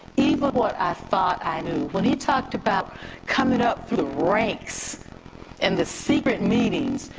even what i thought i knew. when he talked about coming up through the ranks and the secret meetings.